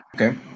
Okay